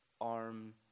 arm